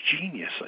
Genius